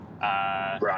Right